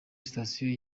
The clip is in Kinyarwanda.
station